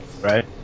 right